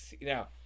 Now